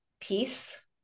peace